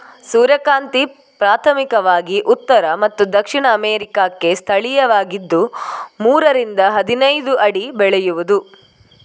ಸೂರ್ಯಕಾಂತಿ ಪ್ರಾಥಮಿಕವಾಗಿ ಉತ್ತರ ಮತ್ತು ದಕ್ಷಿಣ ಅಮೇರಿಕಾಕ್ಕೆ ಸ್ಥಳೀಯವಾಗಿದ್ದು ಮೂರರಿಂದ ಹದಿನೈದು ಅಡಿ ಬೆಳೆಯುವುದು